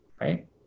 right